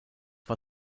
war